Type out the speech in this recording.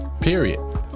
period